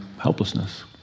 helplessness